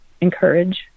encourage